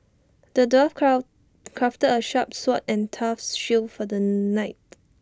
the dwarf cloud crafted A sharp sword and tough shield for the knight